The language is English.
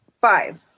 Five